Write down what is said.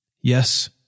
Yes